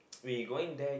we going there